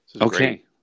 Okay